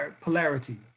polarity